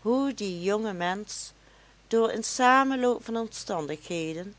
hoe die jonge mensch door een samenloop van omstandigheden